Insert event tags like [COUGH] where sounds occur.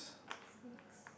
[BREATH] six